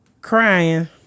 crying